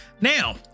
now